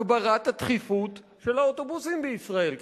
הגברת התכיפות של האוטובוסים בישראל,